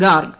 Garg